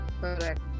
Correct